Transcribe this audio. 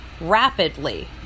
rapidly